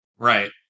Right